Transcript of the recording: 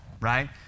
right